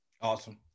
awesome